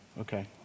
Okay